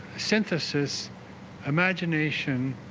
synthesis imagination